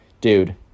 dude